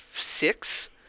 six